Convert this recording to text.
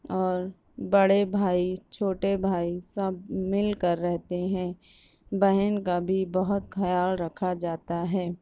اور بڑے بھائی چھوٹے بھائی سب مل کر رہتے ہیں بہن کا بھی بہت خیال رکھا جاتا ہے